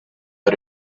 out